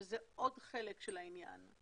שזה עוד חלק של העניין,